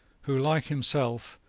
who, like himself,